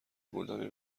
گلدانی